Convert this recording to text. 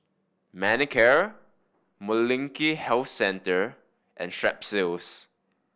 Manicare Molnylcke Health Centre and Strepsils